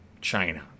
china